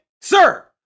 sir